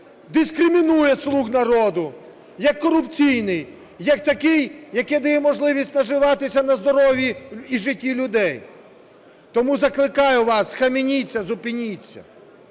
дискримінує "Слуга народу" як корупційний, як такий, який дає можливість наживатися на здоров'ї і житті людей. Тому закликаю вас, схаменіться, зупиніться.